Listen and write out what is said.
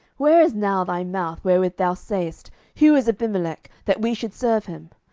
where is now thy mouth, wherewith thou saidst, who is abimelech, that we should serve him?